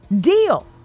deal